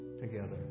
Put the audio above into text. together